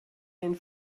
den